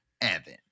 Evan